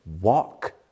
walk